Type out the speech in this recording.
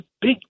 big